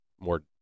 more